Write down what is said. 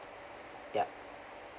yup